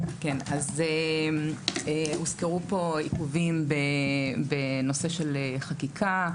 הוזכרו פה עיכובים בנושא של חקיקה,